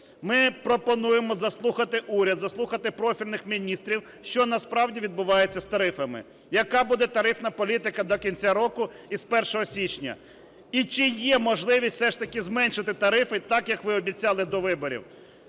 Ми пропонуємо заслухати уряд, заслухати профільних міністрів, що насправді відбувається з тарифами, яка буде тарифна політика до кінця року і з 1 січня. І чи є можливість все ж таки зменшити тарифи, так, як ви обіцяли до виборів.